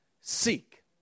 Seek